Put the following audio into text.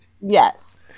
Yes